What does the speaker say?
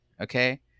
okay